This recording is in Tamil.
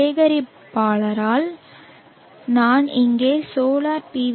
சேகரிப்பாளரால் நான் இங்கே சோலார் பி